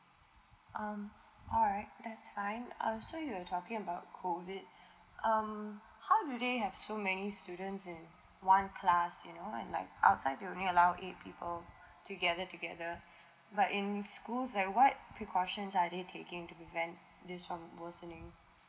um alright that's fine uh so you're talking about COVID um how do there have so many students in one class you know and like outside there only allow eight people to gather together but in schools like what precautions are they taking to prevent this from worsening